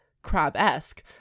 crab-esque